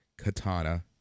katana